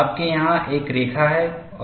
आपके यहाँ एक रेखा है